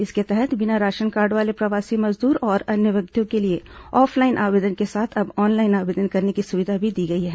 इसके तहत बिना राशन कार्ड वाले प्रवासी मजदूर और अन्य व्यक्तियों के लिए ऑफलाइन आवेदन के साथ अब ऑनलाइन आवेदन करने की सुविधा भी दी गई है